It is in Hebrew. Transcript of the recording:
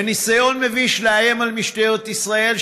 בניסיון מביש לאיים על משטרת ישראל,